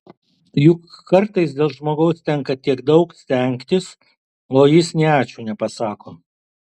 juk kartais dėl žmogaus tenka tiek daug stengtis o jis nė ačiū nepasako